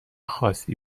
خواستی